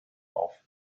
auf